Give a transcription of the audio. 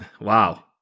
wow